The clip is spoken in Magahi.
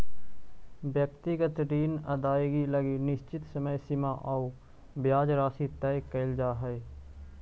व्यक्तिगत ऋण अदाएगी लगी निश्चित समय सीमा आउ ब्याज राशि तय कैल जा हइ